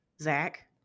Zach